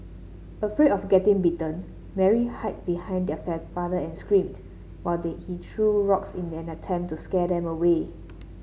afraid of getting bitten Mary hid behind her father and screamed while they he threw rocks in an attempt to scare them away